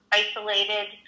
isolated